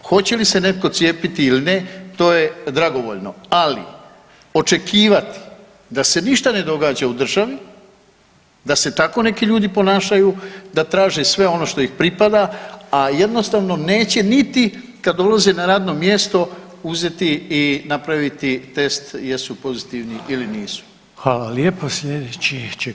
Hoće li se netko cijepiti ili ne to je dragovoljno, ali očekivati da se ništa ne događa u državi, da se tako neki ljudi ponašaju da traže sve ono što ih pripada, a jednostavno neće niti kad ulaze na radno mjesto uzeti i napraviti test jesu pozitivni ili nisu.